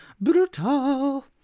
brutal